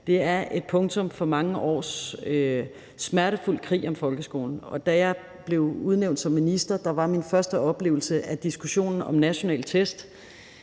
Det er et punktum for mange års smertefuld krig om folkeskolen. Da jeg blev udnævnt til minister, var min første oplevelse diskussionen om nationale test